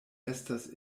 estas